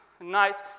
night